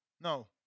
No